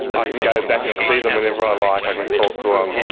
i can go back and see them whenever i like, i can talk to them.